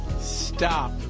Stop